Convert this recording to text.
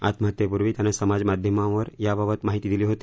आत्महत्येपूर्वी त्यानं समाज माध्यमावर याबाबत माहिती दिली होती